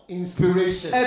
inspiration